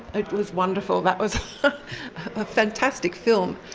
it was wonderful, that was a fantastic film,